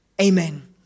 Amen